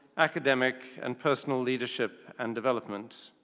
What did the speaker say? academic, and personal leadership and development.